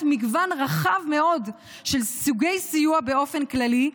מגוון רחב מאוד של סוגי סיוע באופן כללי,